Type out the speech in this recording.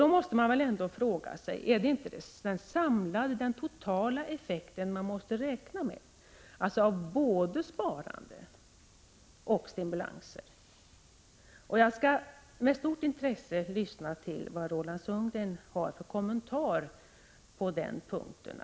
Då måste man ändå fråga sig: Är det inte den 143 samlade, totala effekten av både sparande och stimulanser man måste räkna med? Jag skall med stort intresse lyssna till vilken kommentar Roland Sundgren har på den punkten.